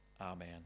Amen